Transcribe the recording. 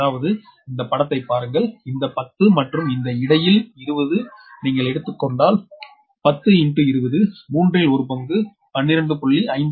அதாவது இந்தப்படத்தை பாருங்கள் இந்த 10 மற்றும் இந்த இடையில் 20 நீங்கள் எடுத்துக்கொண்டால் 10 20 மூன்றில் ஒரு பங்கு 12